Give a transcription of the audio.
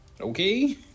Okay